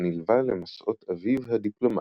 כשנלווה למסעות אביו הדיפלומט.